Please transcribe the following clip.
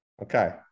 Okay